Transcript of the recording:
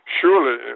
surely